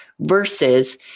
versus